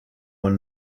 one